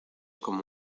como